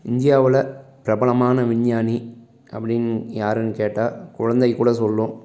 இந்தியாவில் பிரபலமான விஞ்ஞானி அப்படின்னு யாருன்னு கேட்டால் குழந்தை கூட சொல்லும்